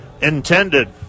intended